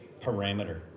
parameter